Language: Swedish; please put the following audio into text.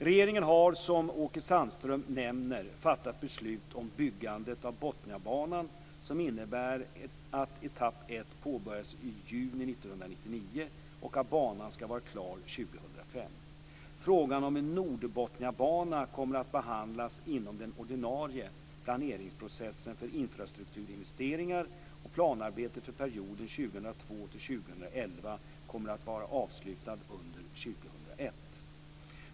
Regeringen har, som Åke Sandström nämner, fattat beslut om byggandet av Botniabanan, som innebär att etapp 1 påbörjas i juni 1999 och att banan skall vara klar 2005. Frågan om en Nordbotniabana kommer att behandlas inom den ordinarie planeringsprocessen för infrastrukturinvesteringar, och planarbetet för perioden 2002-2011 kommer vara avslutat under 2001.